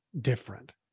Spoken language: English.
different